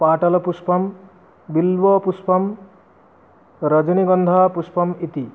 पाटलपुष्पं बिल्वपुष्पं रजनीगन्धपुष्पम् इति